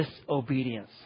disobedience